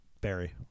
Barry